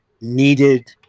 needed